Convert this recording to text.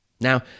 Now